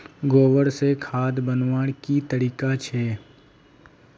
गोबर से खाद बनवार की तरीका छे?